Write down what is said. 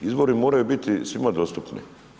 Izvori moraju biti svima dostupni.